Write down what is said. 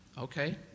Okay